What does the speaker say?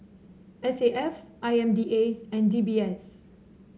S A F I M D A and D B S